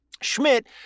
Schmidt